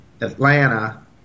Atlanta